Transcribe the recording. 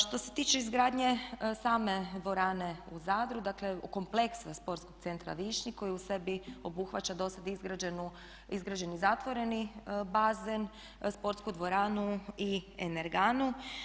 Što se tiče izgradnje same dvorane u Zadru, dakle kompleksa Sportskog centra Višnjik koji u sebi obuhvaća do sada izgrađeni zatvoreni bazen, sportsku dvoranu i energanu.